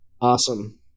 Awesome